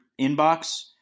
inbox